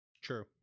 true